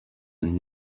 and